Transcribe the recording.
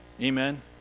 Amen